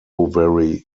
very